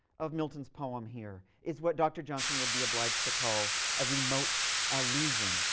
of milton's poem here is what dr. johnson would be obliged to call a remote allusion.